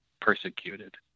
persecuted